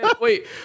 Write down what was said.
wait